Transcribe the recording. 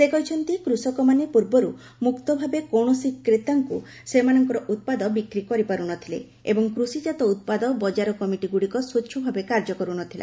ସେ କହିଛନ୍ତି କୃଷକମାନେ ପୂର୍ବରୁ ମୁକ୍ତଭାବେ କୌଶସି କ୍ରେତାଙ୍କୁ ସେମାନଙ୍କ ଉତ୍ପାଦ ବିକ୍ରି କରିପାରୁନଥିଲେ ଏବଂ କୃଷିକାତ ଉତ୍ପାଦ ବଜାର କମିଟି ଗୁଡ଼ିକ ସ୍ୱଚ୍ଚ ଭାବେ କାର୍ଯ୍ୟ କରୁନଥିଲା